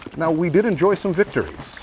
now we did enjoy some victories,